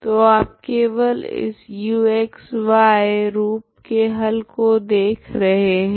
तो आप केवल इस uxy रूप के हल को देख रहे है